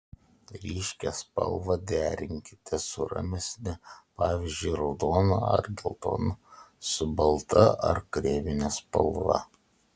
ryškią spalvą derinkite su ramesne pavyzdžiui raudoną ar geltoną su balta ar kremine spalva